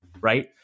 Right